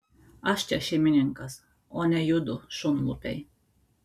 aš čia šeimininkas o ne judu šunlupiai